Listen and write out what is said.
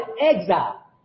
exile